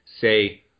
say